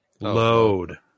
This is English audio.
load